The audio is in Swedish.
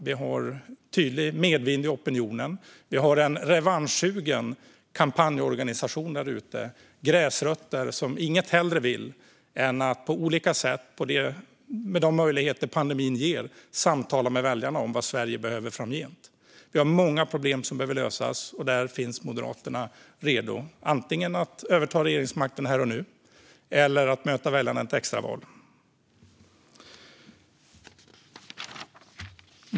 Vi har en tydlig medvind i opinionen. Vi har en revanschsugen kampanjorganisation där ute, gräsrötter som inget hellre vill än att på olika sätt och med de möjligheter som pandemin ger samtala med väljarna om vad Sverige behöver framgent. Vi har många problem som behöver lösas. Där finns Moderaterna redo att antingen överta regeringsmakten här och nu eller att möta väljarna i ett extra val.